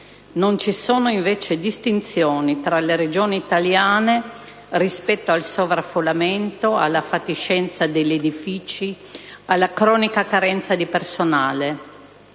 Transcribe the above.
Non ci sono invece distinzioni tra le Regioni italiche rispetto al sovraffollamento, alla fatiscenza degli edifici, alla cronica carenza di personale,